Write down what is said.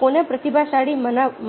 કોને પ્રતિભાશાળી